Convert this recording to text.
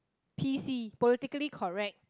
P_C politically correct